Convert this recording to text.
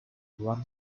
run